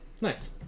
Nice